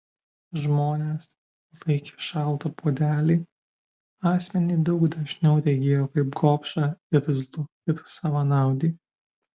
žmonės laikę šaltą puodelį asmenį daug dažniau regėjo kaip gobšą irzlų ir savanaudį